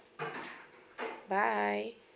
bye